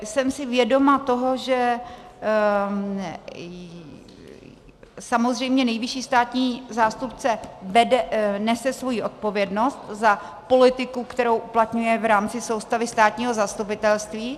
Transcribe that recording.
Jsem si vědoma toho, že samozřejmě nejvyšší státní zástupce nese svoji odpovědnost za politiku, kterou uplatňuje v rámci soustavy státního zastupitelství.